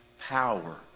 power